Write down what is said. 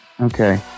Okay